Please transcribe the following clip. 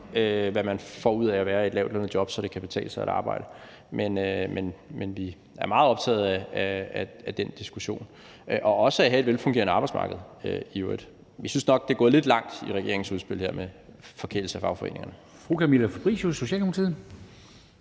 hvad man får ud af at være i et lavtlønnet job, så det kan betale sig at arbejde. Men vi er meget optagede af den diskussion og også af at have et velfungerende arbejdsmarked i øvrigt. Vi synes nok, det er gået lidt langt i regeringens udspil med forkælelse af fagforeningerne.